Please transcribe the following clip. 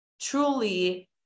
truly